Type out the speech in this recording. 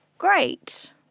Great